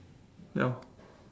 ya